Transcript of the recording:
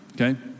okay